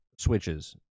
switches